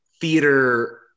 theater